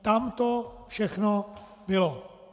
Tam to všechno bylo.